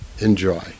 Enjoy